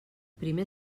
primer